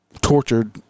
Tortured